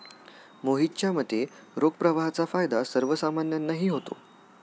मोहितच्या मते, रोख प्रवाहाचा फायदा सर्वसामान्यांनाही होतो